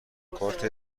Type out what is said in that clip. کارت